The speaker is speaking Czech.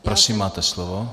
Prosím, máte slovo.